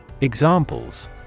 Examples